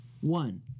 one